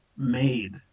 Made